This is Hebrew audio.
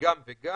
גם וגם,